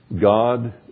God